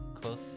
close